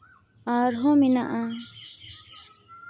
ᱟᱨᱦᱚᱸ ᱢᱮᱱᱟᱜᱼᱟ